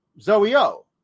Zoe-O